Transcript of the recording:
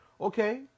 Okay